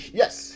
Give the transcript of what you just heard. yes